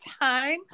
time